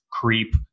Creep